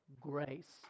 grace